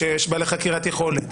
שיש חקירת יכולת,